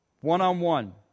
One-on-one